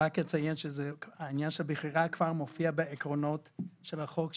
העניין של בחירה כבר מופיע בעקרונות של החוק,